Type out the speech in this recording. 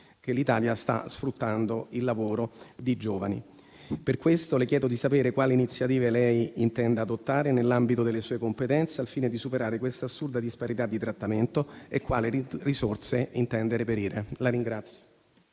che l'Italia sta sfruttando il lavoro di giovani. Per questo le chiedo di sapere quali iniziative lei intenda adottare nell'ambito delle sue competenze al fine di superare questa assurda disparità di trattamento e quali risorse intende reperire. PRESIDENTE.